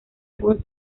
algún